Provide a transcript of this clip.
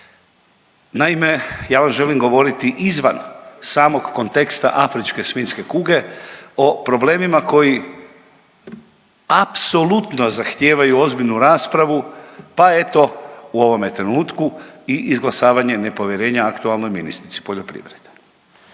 Naime, ja vam želi govoriti izvan samog konteksta afričke svinjske kuge o problemima koji apsolutno zahtijevaju ozbiljnu raspravu pa eto u ovome trenutku i izglasavanje nepovjerenja aktualnoj ministrici poljoprivrede.